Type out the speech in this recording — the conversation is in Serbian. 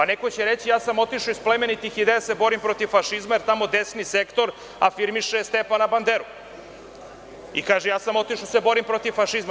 Neko će reći – ja sam otišao iz plemenitih ideja da se borim protiv fašizma, jer tamo desni sektor afirmiše Stjepana Banderu i kaže – ja sam otišao da se borim protiv fašizma.